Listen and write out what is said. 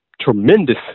tremendous